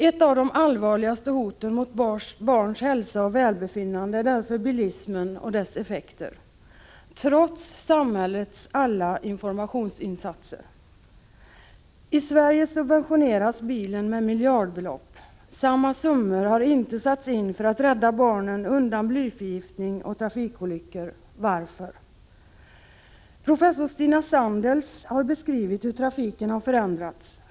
Ett av de allvarligaste hoten mot barns hälsa och välbefinnande är därför bilismen och dess effekter — trots samhällets alla informationsinsatser. I Sverige subventioneras bilen med miljardbelopp. Samma summor har inte satts in för att rädda barnen undan blyförgiftning och trafikolyckor. Varför? Professor Stina Sandels har beskrivit hur trafiken har förändrats.